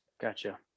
gotcha